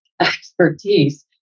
expertise